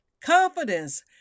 Confidence